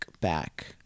back